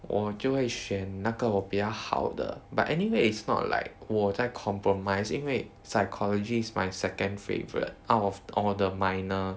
我就会选那个我比较好的 but anyway it's not like 我在 compromise 因为 psychology is my second favourite out of all the minor